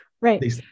right